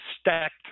stacked